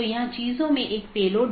यह चीजों की जोड़ता है